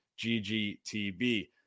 GGTB